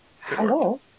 Hello